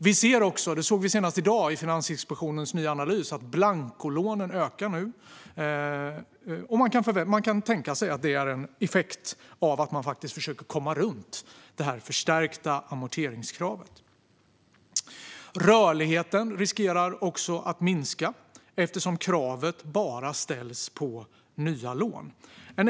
Vi ser, senast i dag i Finansinspektionens nya analys, att blankolånen nu ökar, och detta kan vara en effekt av försöken att komma runt det förstärkta amorteringskravet. Rörligheten riskerar att minska eftersom kravet bara ställs på nya lån.